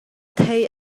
thei